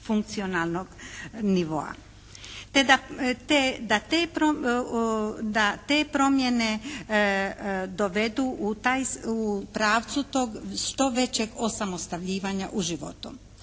funkcionalnog nivoa te da te promjene dovedu u pravcu što većeg osamostaljivanja u životu.